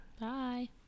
Bye